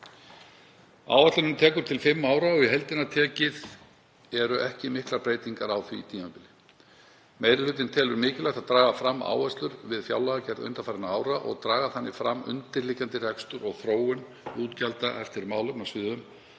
Áætlunin tekur til fimm ára og í heildina tekið eru ekki miklar breytingar á því tímabili. Meiri hlutinn telur mikilvægt að draga fram áherslur við fjárlagagerð undanfarinna ára og draga þannig fram undirliggjandi rekstur og þróun útgjalda eftir málefnasviðum